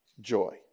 joy